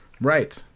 right